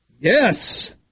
Yes